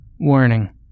Warning